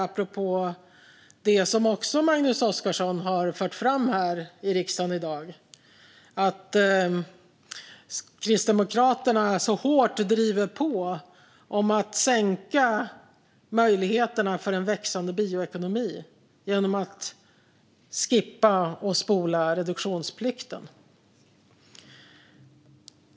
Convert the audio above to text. Apropå vad Magnus Oscarsson har fört fram i riksdagen i dag vill jag kommentera att Kristdemokraterna så hårt driver på om att minska möjligheterna för en växande bioekonomi genom att spola reduktionsplikten.